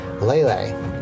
Lele